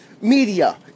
media